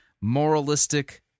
moralistic